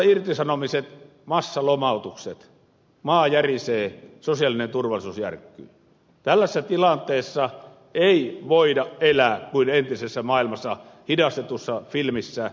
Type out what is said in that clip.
massairtisanomiset massalomautukset maa järisee sosiaalinen turvallisuus järkkyy tällaisessa tilanteessa ei voida elää kuin entisessä maailmassa hidastetussa filmissä